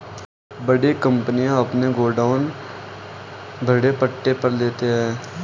बड़ी कंपनियां अपने गोडाउन भाड़े पट्टे पर लेते हैं